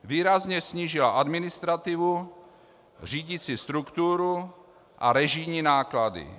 Výrazně snížila administrativu, řídicí strukturu a režijní náklady.